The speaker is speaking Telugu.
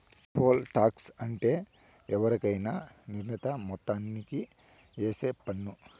పోల్ టాక్స్ అంటే ఎవరికైనా నిర్ణీత మొత్తానికి ఏసే పన్ను